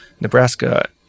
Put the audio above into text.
Nebraska